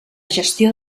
gestió